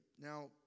Now